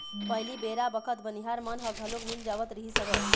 पहिली बेरा बखत बनिहार मन ह घलोक मिल जावत रिहिस हवय